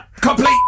complete